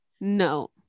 no